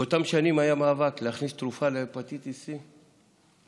באותן שנים היה מאבק להכניס תרופה להפטיטיס C לסל.